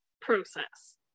process